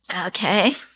Okay